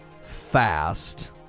fast